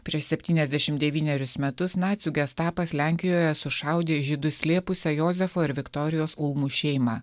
prieš septyniasdešimt devynerius metus nacių gestapas lenkijoje sušaudė žydus slėpusią jozefo ir viktorijos ulmų šeimą